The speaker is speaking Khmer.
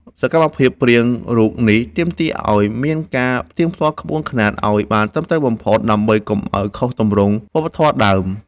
សកម្មភាពព្រាងរូបនេះទាមទារឱ្យមានការផ្ទៀងផ្ទាត់ក្បួនខ្នាតឱ្យបានត្រឹមត្រូវបំផុត ដើម្បីកុំឱ្យខុសទម្រង់វប្បធម៌ដើម។